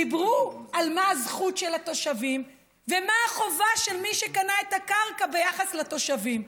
דיברו על הזכות של התושבים ומה החובה של מי שקנה את הקרקע ביחס לתושבים.